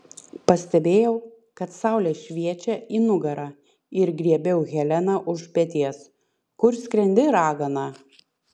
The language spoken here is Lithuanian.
pastebėjau kad saulė šviečia į nugarą ir griebiau heleną už peties kur skrendi ragana